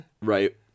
Right